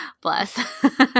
Bless